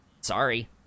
Sorry